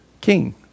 king